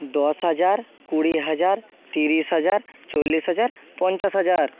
দশ হাজার কুড়ি হাজার ত্রিশ হাজার চল্লিশ হাজার পঞ্চাশ হাজার